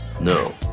No